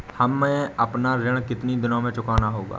हमें अपना ऋण कितनी दिनों में चुकाना होगा?